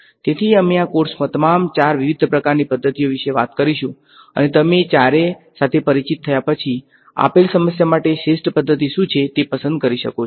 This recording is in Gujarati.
તેથી અમે આ કોર્સમાં તમામ ચાર વિવિધ પ્રકારની પદ્ધતિઓ વિશે વાત કરીશું અને તમે ચારેય સાથે પરિચિત થયા પછી આપેલ સમસ્યા માટે શ્રેષ્ઠ પદ્ધતિ શું છે તે પસંદ કરી શકો છો